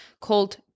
called